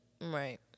Right